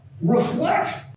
reflect